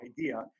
idea